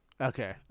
Okay